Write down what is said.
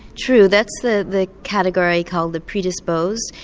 true, that's the the category called the predisposed,